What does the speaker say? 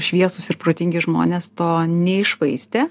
šviesūs ir protingi žmonės to neiššvaistė